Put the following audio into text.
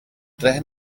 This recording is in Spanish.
traje